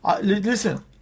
Listen